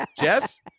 Jess